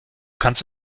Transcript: kannst